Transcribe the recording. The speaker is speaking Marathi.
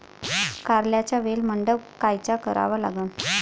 कारल्याचा वेल मंडप कायचा करावा लागन?